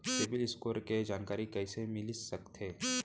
CIBIL score के जानकारी कइसे मिलिस सकथे?